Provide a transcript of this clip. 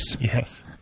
yes